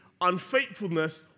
unfaithfulness